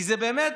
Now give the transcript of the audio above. כי באמת,